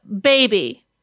baby